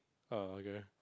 uh okay